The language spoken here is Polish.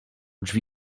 drzwi